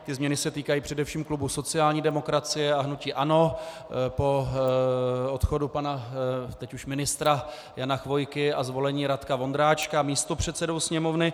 Ty změny se týkají především klubu sociální demokracie a hnutí ANO po odchodu pana teď už ministra Jana Chvojky a zvolení Radka Vondráčka místopředsedou Sněmovny.